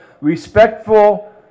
respectful